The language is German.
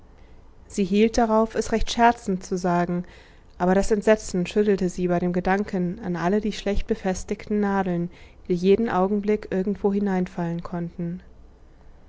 sie hielt darauf es recht scherzend zu sagen aber das entsetzen schüttelte sie bei dem gedanken an alle die schlecht befestigten nadeln die jeden augenblick irgendwo hineinfallen konnten